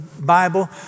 Bible